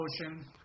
ocean